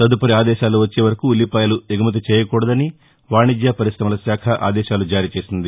తదుపరి ఆదేశాలు వచ్చేవరకు ఉల్లిపాయలను ఎగుమతి చేయకూడదని వాణిజ్య పర్కొశమల శాఖ ఆదేశాలు జారీ చేసింది